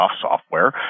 software